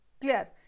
clear